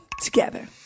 together